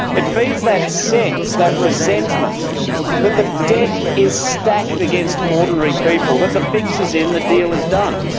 it feeds that sense, that resentment that the deck is stacked against ordinary people, that the fix is in, the deal is done.